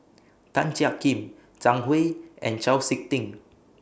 Tan Jiak Kim Zhang Hui and Chau Sik Ting